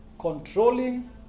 controlling